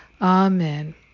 Amen